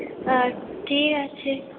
হ্যাঁ ঠিক আছে